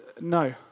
no